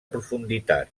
profunditat